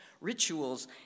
rituals